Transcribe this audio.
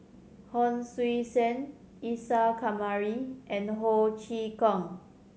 Hon Sui Sen Isa Kamari and Ho Chee Kong